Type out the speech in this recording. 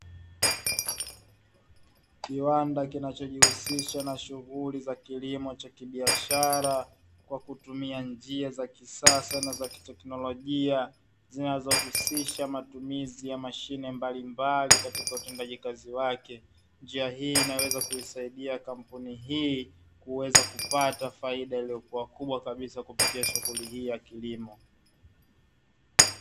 Kiwanda kinachojihusisha na shughuli za kilimo cha kibiashara kwa kutumia njia za kisasa na za teknolojia, zinazohusisha matumizi ya mashine mbalimbali katika utendaji kazi wake njia hii inaweza kuisaidia kampuni hii kuweza kupata faida iliyokuwa kubwa kabisa kupitia shughuli hii ya kilimo.